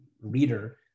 reader